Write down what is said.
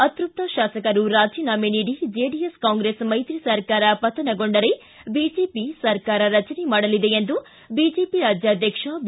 ಅತೃಪ್ತ ಶಾಸಕರು ರಾಜೀನಾಮೆ ನೀಡಿ ಜೆಡಿಎಸ್ ಕಾಂಗ್ರೆಸ್ ಮೈತ್ರಿ ಸರ್ಕಾರ ಪತನಗೊಂಡರೆ ಬಿಜೆಪಿ ಸರ್ಕಾರ ರಚನೆ ಮಾಡಲಿದೆ ಎಂದು ಬಿಜೆಪಿ ರಾಜ್ಯಾದ್ಯಕ್ಷ ಬಿ